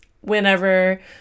whenever